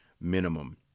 minimum